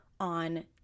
on